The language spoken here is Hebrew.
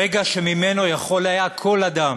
רגע שממנו יכול היה כל אדם